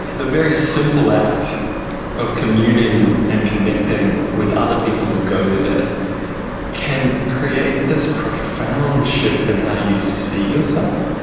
the very simple act of communing and connecting with other people who go there can create this profound shift in how you see yourself.